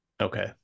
Okay